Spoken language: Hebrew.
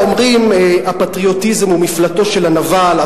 אומרים: הפטריוטיזם הוא מפלטו של הנבל.